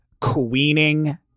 queening